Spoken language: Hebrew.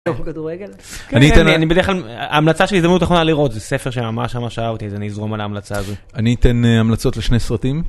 אני בדרך כלל, ההמלצה שלי זה ״הזדמנות אחרונה לראות״, זה ספר שממש ממש ראה אותי, אז אני אזרום על ההמלצה הזו. אני אתן המלצות לשני סרטים.